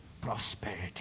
prosperity